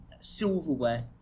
silverware